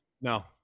No